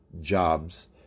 jobs